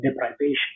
deprivation